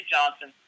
Johnson